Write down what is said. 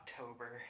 October